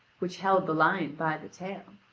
which held the lion by the tail.